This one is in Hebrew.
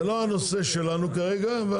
זה לא הנושא שלנו כרגע.